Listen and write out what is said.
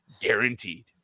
guaranteed